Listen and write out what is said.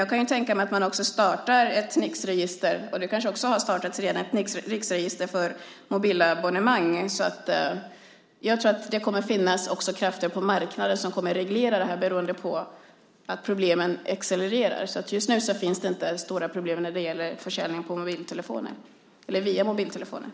Jag kan tänka mig att man startar ett Nixregister - det kanske redan har startats - också för mobilabonnemang. Jag tror att det kommer att finnas krafter också på marknaden som kommer att reglera detta beroende på att problemen accelererar. Men just nu finns det inga stora problem när det gäller försäljning via mobiltelefoner.